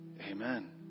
Amen